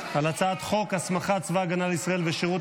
על הצעת חוק הסמכת צבא הגנה לישראל ושירות